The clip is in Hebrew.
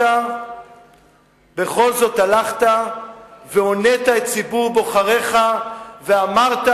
הלכת והונית את ציבור בוחריך ואמרת: